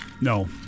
No